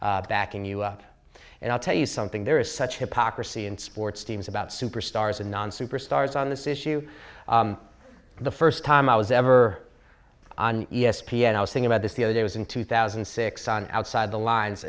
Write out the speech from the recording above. months backing you up and i'll tell you something there is such hypocrisy in sports teams about superstars and non superstars on this issue the first time i was ever on e s p n i was saying about this the other day was in two thousand and six on outside the lines